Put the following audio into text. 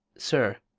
sir,